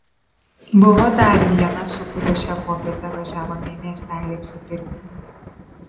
buvo dar vienas su kuriuo šią popietę važiavome į miestelį apsipirkti